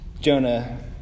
Jonah